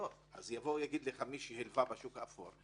אז יבוא ויגיד לך מי שהלווה בשוק האפור,